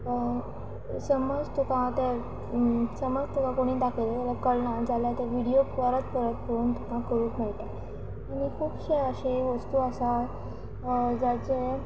समज तुका तें समज तुका कोणी दाखयलें जाल्यार कळना जाल्यार तें व्हिडियो परत परत पळोवन तुका करूंक मेळटा आनी खुबशे अशें वस्तू आसा जाचे